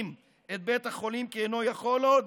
את בית החולים כי אינו יכול עוד?